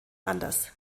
anders